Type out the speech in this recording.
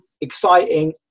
exciting